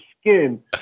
skin